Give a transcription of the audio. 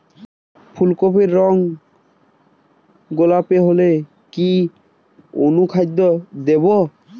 ফুল কপির রং গোলাপী হলে কি অনুখাদ্য দেবো?